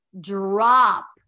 drop